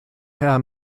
hea